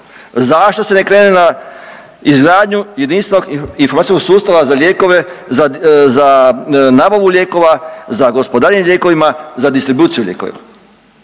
Zašto se ne krene na izgradnju jedinstvenog informacijskog sustava za lijekove za, za nabavu lijekova, za gospodarenje lijekovima i za distribuciju lijekovima?